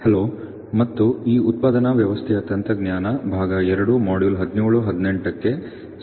hello ಮತ್ತು ಈ ಉತ್ಪಾದನಾ ವ್ಯವಸ್ಥೆಯ ತಂತ್ರಜ್ಞಾನ ಭಾಗ ಎರಡು ಮಾಡ್ಯೂಲ್ಗಳು 17 ಮತ್ತು 18 ಕ್ಕೆ ಸ್ವಾಗತ